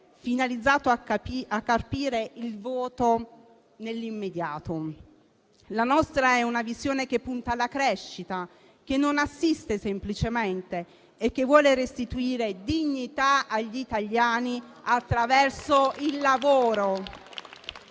finalizzato a carpire il voto nell'immediato. La nostra è una visione che punta alla crescita, che non assiste semplicemente e che vuole restituire dignità agli italiani attraverso il lavoro.